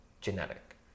genetic